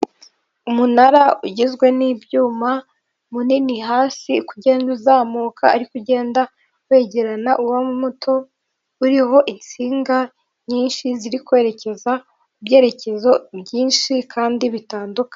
Umunara ugizwe n'ibyuma munini hasi uko ugenda uzamuka ariko ugenda wegerana ubamo muto, uriho insinga nyinshi ziri kwerekeza mu byerekezo byinshi kandi bitandukanye.